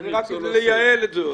רק כדי לייעל זאת.